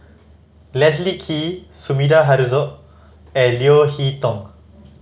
Leslie Kee Sumida Haruzo and Leo Hee Tong